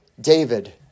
David